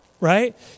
right